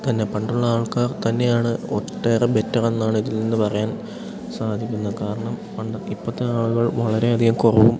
തന്നെ പണ്ടുള്ള ആൾക്കാർ തന്നെയാണ് ഒട്ടേറെ ബെറ്റർ എന്നാണ് ഇതിൽ നിന്നു പറയാൻ സാധിക്കുന്നതു കാരണം പണ്ട് ഇപ്പോഴത്തെ ആളുകൾ വളരെയധികം കുറവും